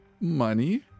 money